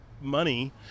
money